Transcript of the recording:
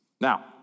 Now